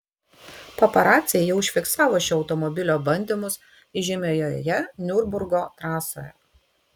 paparaciai jau užfiksavo šio automobilio bandymus įžymiojoje niurburgo trasoje